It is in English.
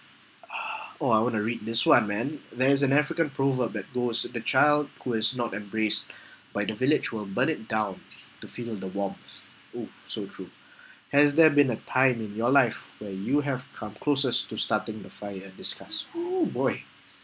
oh I want to read this one man there's an african proverb that goes the child who is not embraced by the village will burn it down to feel the warmth !woo! so true has there been a time in your life where you have come closest to starting the fire in discuss oh boy